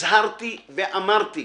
הזהרתי ואמרתי,